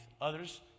others